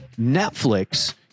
Netflix